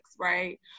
right